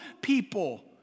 people